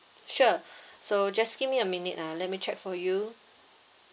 sure so just give me a minute ah let me check for you